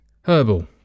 herbal